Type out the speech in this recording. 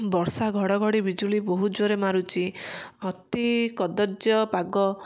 ବର୍ଷା ଘଡ଼ଘଡ଼ି ବିଜୁଳି ବହୁତ ଜୋରରେ ମାରୁଛି ଅତି କଦର୍ଯ୍ୟ ପାଗ